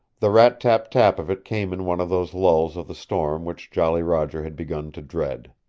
the rat-tap-tap of it came in one of those lulls of the storm which jolly roger had begun to dread.